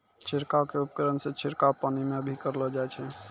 छिड़काव क उपकरण सें छिड़काव पानी म भी करलो जाय छै